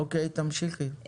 אוקיי, תמשיכי.